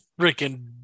freaking